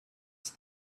that